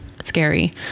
Scary